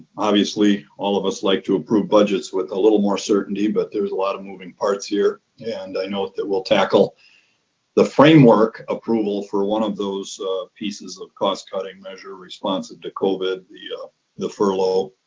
obviously, all of us like to approve budgets with a little more certainty, but there's a lot of moving parts here. and i know that we'll tackle the framework approval for one of those pieces of cost cutting measure responsive to covid, the the furlough